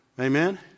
amen